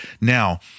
now